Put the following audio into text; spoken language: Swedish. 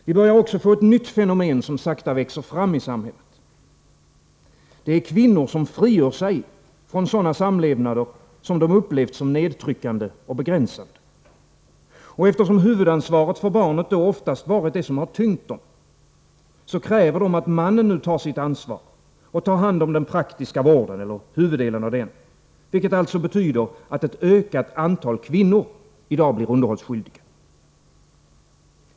Vi börjar också få ett nytt fenomen, som sakta växer fram i samhället, nämligen kvinnor som frigör sig från sådana samlevnader som de upplevt som nedtryckande och begränsande. Och eftersom huvudansvaret för barnen då oftast varit det som tyngt dem, kräver de att mannen nu tar sitt ansvar och tar hand om den praktiska vården, eller huvuddelen av den. Detta betyder att ett ökat antal kvinnor blir underhållsskyldiga.